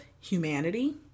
humanity